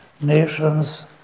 nations